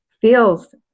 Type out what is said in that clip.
feels